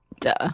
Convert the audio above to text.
Duh